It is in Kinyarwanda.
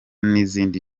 n’izindi